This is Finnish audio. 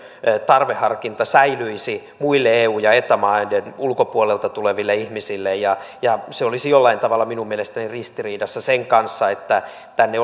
tarveharkinta säilyisi muille eu ja eta maiden ulkopuolelta tuleville ihmisille se olisi jollain tavalla minun mielestäni ristiriidassa sen kanssa että tänne